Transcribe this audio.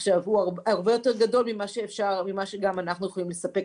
הוא הרבה יותר גדול ממה שאנחנו יכולים לספק